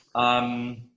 um,